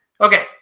Okay